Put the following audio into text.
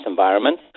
environment